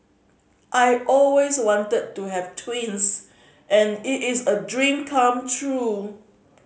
I always wanted to have twins and it is a dream come true